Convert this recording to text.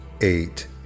eight